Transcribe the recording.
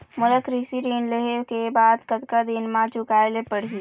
मोला कृषि ऋण लेहे के बाद कतका दिन मा चुकाए ले पड़ही?